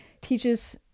teaches